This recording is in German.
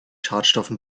schadstoffen